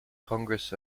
congress